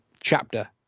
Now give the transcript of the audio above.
chapter